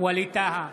ווליד טאהא,